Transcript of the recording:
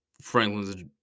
Franklin's